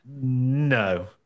No